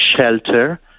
shelter